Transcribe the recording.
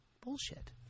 Bullshit